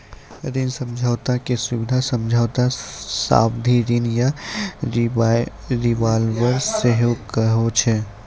ऋण समझौता के सुबिधा समझौता, सावधि ऋण या रिवॉल्बर सेहो कहै छै